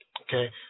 okay